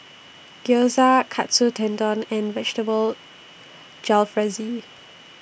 Gyoza Katsu Tendon and Vegetable Jalfrezi